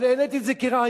אבל העליתי את זה כרעיון.